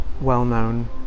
well-known